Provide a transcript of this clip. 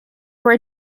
were